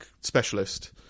specialist